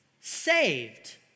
saved